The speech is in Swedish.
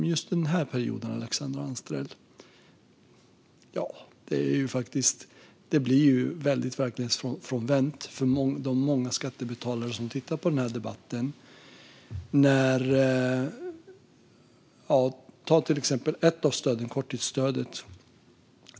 Men just när det gäller den här perioden framstår det Alexandra Anstrell säger som väldigt verklighetsfrånvänt för de många skattebetalare som tittar på den här debatten. Ta till exempel korttidsstödet.